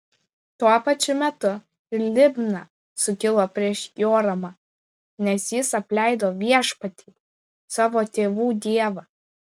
tuo pačiu metu ir libna sukilo prieš joramą nes jis apleido viešpatį savo tėvų dievą